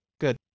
good